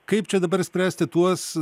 kaip čia dabar spręsti tuos